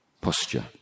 posture